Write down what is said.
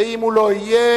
ואם הוא לא יהיה,